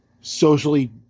socially